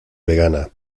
vegana